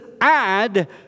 add